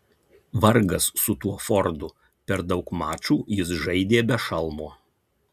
vargas su tuo fordu per daug mačų jis žaidė be šalmo